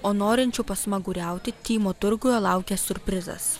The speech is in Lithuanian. o norinčių pasmaguriauti tymo turguje laukia siurprizas